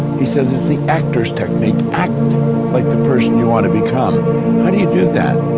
he said, it's the actor's technique act like the person you want to become do you do that?